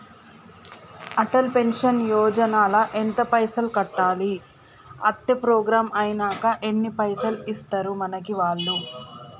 Atal pension Yojana ల ఎంత పైసల్ కట్టాలి? అత్తే ప్రోగ్రాం ఐనాక ఎన్ని పైసల్ ఇస్తరు మనకి వాళ్లు?